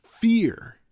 Fear